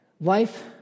Life